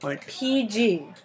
PG